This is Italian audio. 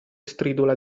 stridula